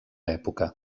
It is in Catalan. època